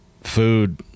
food